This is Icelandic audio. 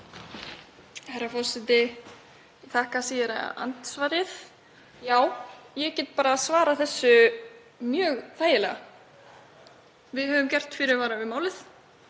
Herra forseti. Ég þakka síðara andsvarið. Já, ég get bara svarað þessu mjög þægilega: Við höfum gert fyrirvara við málið.